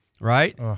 right